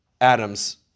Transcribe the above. Adam's